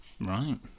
Right